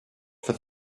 for